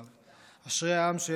אשרי העם שאלה מפקדיו.